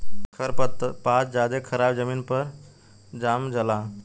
खर पात ज्यादे खराबे जमीन पर जाम जला